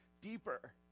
deeper